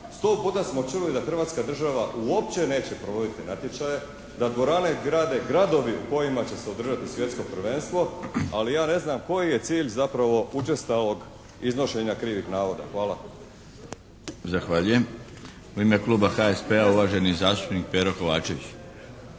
Sto puta smo čuli da Hrvatska država uopće neće provoditi natječaje, da dvorane grade gradovi u kojima će se održati svjetsko prvenstvo, ali ja ne znam koji je cilj zapravo učestalog iznošenja krivih navoda. Hvala. **Milinović, Darko (HDZ)** Zahvaljujem. U ime kluba HSP-a, uvaženi zastupnik Pero Kovačević.